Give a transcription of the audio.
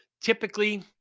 Typically